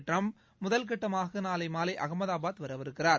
Trump முதல்கட்டமாக நாளை மாலை அகமதாபாத் வரவிருக்கிறார்